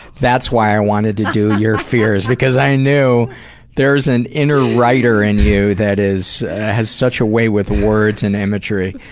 that's why i wanted to do your fears. because i knew there's an inner writer in you that has such a way with words and imagery.